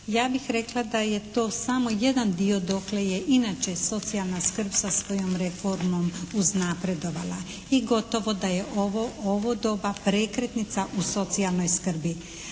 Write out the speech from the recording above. Ja bih rekla da je to samo jedan dio dokle je inače socijalna skrb sa svojom rekordnom uznapredovala. I gotovo da je ovo doba prekretnica u socijalnoj skrbi.